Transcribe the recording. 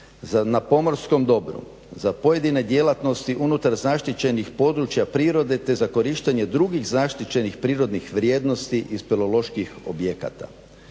na pomorskom dobru, za pojedine djelatnosti unutar zaštićenih područja prirode te za korištenje drugih zaštićenih prirodnih vrijednosti iz speleoloških objekata.